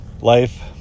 life